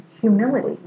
Humility